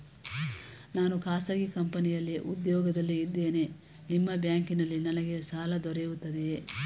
ನಾನು ಖಾಸಗಿ ಕಂಪನಿಯಲ್ಲಿ ಉದ್ಯೋಗದಲ್ಲಿ ಇದ್ದೇನೆ ನಿಮ್ಮ ಬ್ಯಾಂಕಿನಲ್ಲಿ ನನಗೆ ಸಾಲ ದೊರೆಯುತ್ತದೆಯೇ?